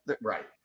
right